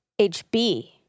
HB